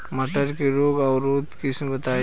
मटर के रोग अवरोधी किस्म बताई?